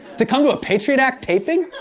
to come to a patriot act taping